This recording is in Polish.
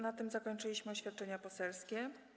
Na tym zakończyliśmy oświadczenia poselskie.